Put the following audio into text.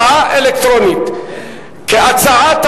משרד הפנים,